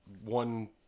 one